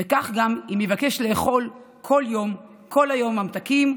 וכך גם אם יבקש לאכול כל יום כל היום ממתקים,